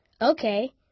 Okay